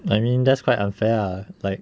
I mean that's quite unfair lah like